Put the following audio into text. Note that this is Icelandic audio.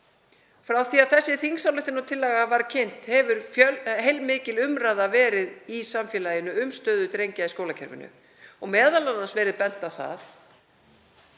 Frá því að þessi þingsályktunartillaga var kynnt hefur heilmikil umræða verið í samfélaginu um stöðu drengja í skólakerfinu og m.a. verið bent á að